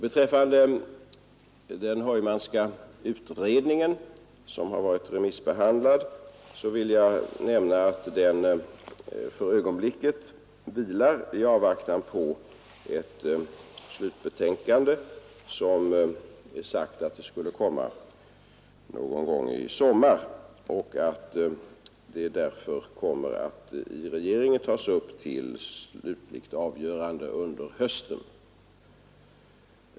Beträffande den Heumanska utredningen, som varit remissbehandlad, vill jag nämna att den för ögonblicket vilar i avvaktan på ett slutbetänkande. Det är sagt att det skall komma någon gång i sommar, och det kommer därför att av regeringen tas upp till slutligt avgörande under hösten.